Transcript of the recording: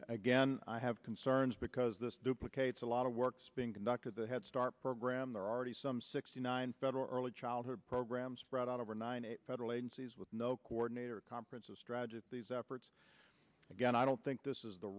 again i have concerns because this duplicate a lot of work being conducted the head start program there are already some sixty nine federal early childhood programs spread out over nine a federal agencies with no coordinator conferences tragic these efforts again i don't think this is the